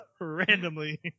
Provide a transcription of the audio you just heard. randomly